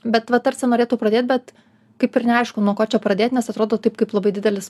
bet va tarsi norėtų pradėt bet kaip ir neaišku nuo ko čia pradėt nes atrodo taip kaip labai didelis